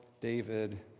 David